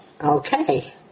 Okay